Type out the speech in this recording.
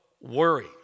worry